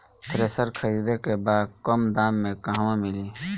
Thresher खरीदे के बा कम दाम में कहवा मिली?